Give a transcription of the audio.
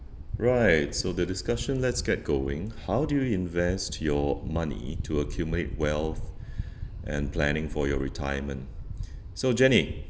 right so the discussion let's get going how do you invest your money to accumulate wealth and planning for your retirement so jenny